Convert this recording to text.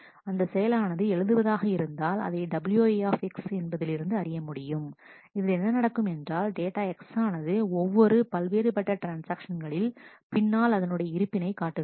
அந்த செயலானது எழுதுவதாக இருந்தால் அதை wi என்பதிலிருந்து அறியமுடியும் இதில் என்ன நடக்கும் என்றால் டேட்டா X ஆனது ஒவ்வொரு பல்வேறுபட்ட ட்ரான்ஸ்ஆக்ஷன்களில் பின்னால் அதனுடைய இருப்பினை காட்டுகிறது